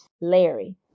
Larry